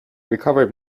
recovered